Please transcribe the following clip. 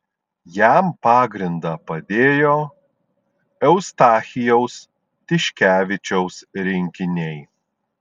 jam pagrindą padėjo eustachijaus tiškevičiaus rinkiniai